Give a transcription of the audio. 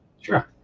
Sure